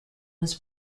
was